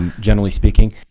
and generally speaking.